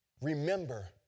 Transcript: Remember